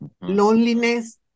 loneliness